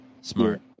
smart